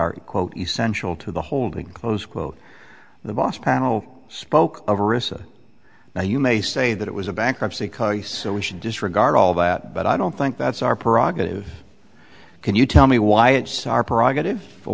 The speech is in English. are quote essential to the holding close quote the boss panel spoke of now you may say that it was a bankruptcy because he so we should disregard all that but i don't think that's our prerogative can you tell me why it's our prerogative